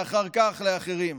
ואחר כך לאחרים.